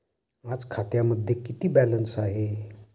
आज खात्यामध्ये किती बॅलन्स आहे?